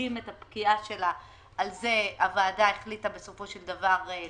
להקדים את הפקיעה שלה ועל זה הוועדה בסופו של דבר החליטה לוותר.